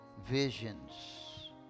visions